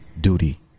duty